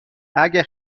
اگه